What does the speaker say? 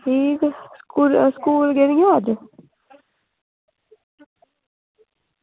ठीक स्कूल गेदियां हियां अज्ज